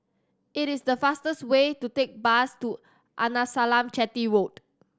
it is the faster way to take bus to Arnasalam Chetty Road